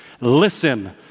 Listen